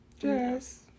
Yes